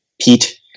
Pete